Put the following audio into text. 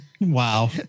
Wow